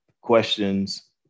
questions